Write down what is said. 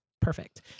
perfect